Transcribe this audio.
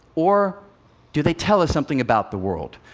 or do they tell us something about the world?